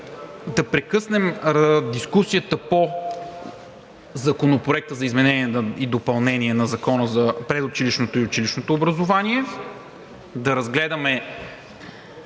да прекъснем дискусията по Законопроекта за изменение и допълнение на Закона за предучилищното и училищното образование, да включим